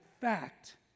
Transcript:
fact